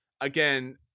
again